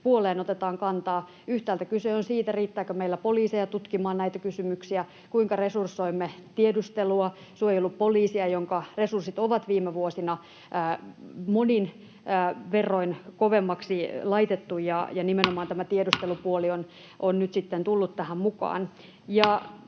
otetaan kantaa. Yhtäältä kyse on siitä, riittääkö meillä poliiseja tutkimaan näitä kysymyksiä, kuinka resursoimme tiedustelua, suojelupoliisia, jonka resurssit on viime vuosina monin verroin kovemmiksi laitettu, ja nimenomaan tämä tiedustelupuoli on nyt sitten tullut tähän mukaan.